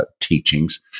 teachings